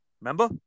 Remember